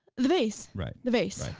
the vase. right. the vase.